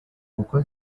kuko